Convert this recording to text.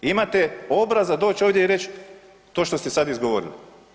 Imate obraza doći ovdje i reći to što ste sad izgovorili.